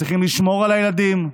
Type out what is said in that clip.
צריכים לשמור על הילדים,